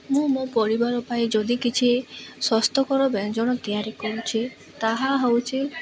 ମୁଁ ମୋ ପରିବାର ପାଇଁ ଯଦି କିଛି ସ୍ୱାସ୍ଥ୍ୟକର ବ୍ୟଞ୍ଜନ ତିଆରି କରୁଛି ତାହା ହଉଛି